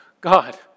God